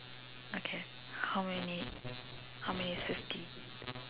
okay how many how many fifty